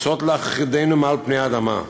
רוצות להכחידנו מעל פני האדמה,